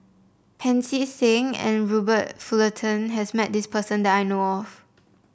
Pancy Seng and Robert Fullerton has met this person that I know of